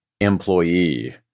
employee